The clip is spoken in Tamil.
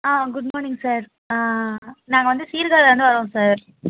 ஆ குட் மார்னிங் சார் நாங்கள் வந்து சீர்காழிலேருந்து வரோம் சார்